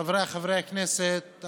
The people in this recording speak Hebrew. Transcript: חבריי חברי הכנסת,